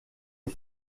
est